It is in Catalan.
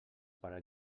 per